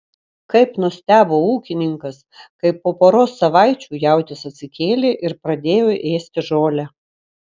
kaip nustebo ūkininkas kai po poros savaičių jautis atsikėlė ir pradėjo ėsti žolę